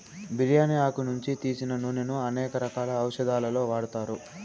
బిర్యాని ఆకు నుంచి తీసిన నూనెను అనేక రకాల ఔషదాలలో వాడతారు